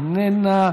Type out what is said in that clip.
איננה,